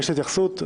התייחסות.